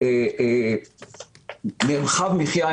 אני